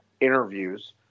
interviews